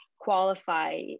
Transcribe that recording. qualify